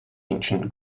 ancient